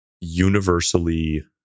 universally